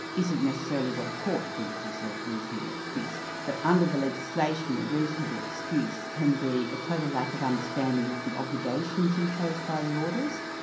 isn't necessarily what a court thinks is a reasonable excuse. but under the legislation, a reasonable excuse can be a total lack of understanding of the obligations imposed by the orders,